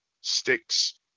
sticks